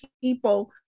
people